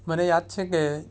મને યાદ છે કે